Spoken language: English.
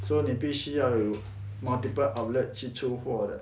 so 你必须要有 multiple outlets 去出货的